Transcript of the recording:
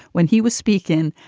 when he was speaking,